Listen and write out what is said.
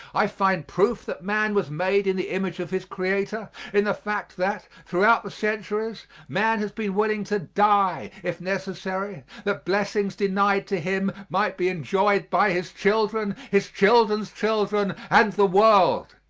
i find proof that man was made in the image of his creator in the fact that, throughout the centuries, man has been willing to die, if necessary, that blessings denied to him might be enjoyed by his children, his children's children and the world.